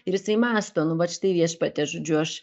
ir jisai mąsto nu vat štai viešpatie žodžiu aš